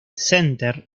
center